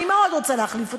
אני מאוד רוצה להחליף אותו.